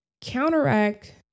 Counteract